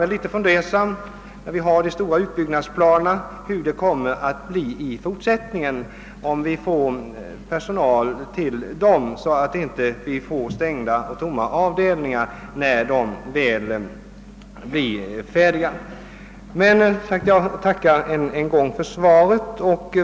Vad beträffar de stora utbyggnadsplanerna blir man litet fundersam över om vi kan få personal till sjukhusen, så att inte avdelningarna måste stå tomma och stängda när de väl blivit färdiga.